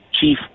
chief